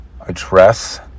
Address